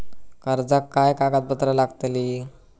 कर्जाक काय कागदपत्र लागतली?